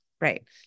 Right